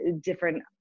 different